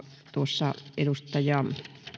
tuossa edustaja